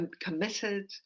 committed